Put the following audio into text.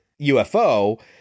ufo